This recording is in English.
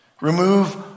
Remove